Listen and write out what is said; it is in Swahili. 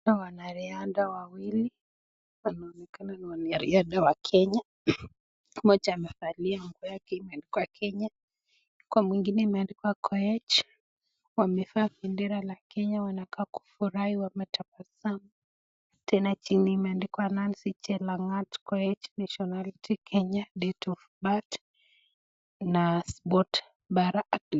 Hawa ni wanaraidha wawili, inaonekana ni wanariadha wa Kenya mmoja amevalia nguo yake imeandikwa Kenya, kwa mwingine imendikwa Koech wamevaa bendera ya Kenya na kufurahi kwa tabasamu tena chini imeandikwa Nancy Chelangat Koech, Kenya date of birth .